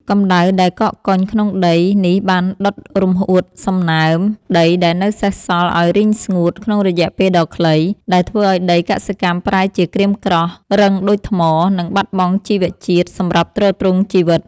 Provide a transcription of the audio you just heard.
កម្ដៅដែលកកកុញក្នុងដីនេះបានដុតរំហួតសំណើមដីដែលនៅសេសសល់ឱ្យរីងស្ងួតក្នុងរយៈពេលដ៏ខ្លី ដែលធ្វើឱ្យដីកសិកម្មប្រែជាក្រៀមក្រោះ រឹងដូចថ្ម និងបាត់បង់ជីវជាតិសម្រាប់ទ្រទ្រង់ជីវិត។